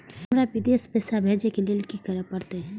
हमरा विदेश पैसा भेज के लेल की करे परते?